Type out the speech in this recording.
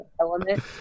element